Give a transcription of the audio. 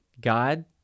God